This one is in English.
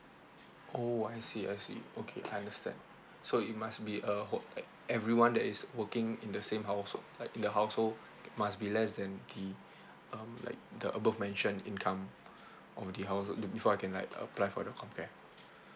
oh I see I see okay I understand so it must be a ho~ like everyone that is working in the same househo~ like in the household must be less than the um like the above mentioned income or the househo~ before I can like apply for the comcare